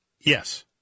Yes